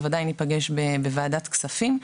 בוודאי ניפגש בוועדת כספים.